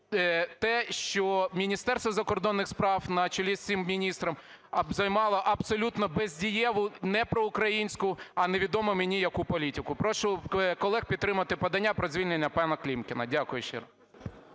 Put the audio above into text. те, що Міністерство закордонних справ на чолі з цим міністром займало абсолютнобездієву, не проукраїнську, а невідомо мені яку політику. Прошу колег підтримати подання про звільнення панаКлімкіна. Дякую щиро.